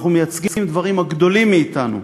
אנחנו מייצגים דברים הגדולים מאתנו,